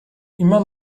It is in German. immer